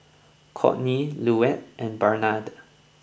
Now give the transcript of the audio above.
Courtney Luetta and Barnard